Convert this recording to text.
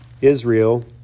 Israel